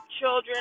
children